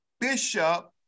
bishop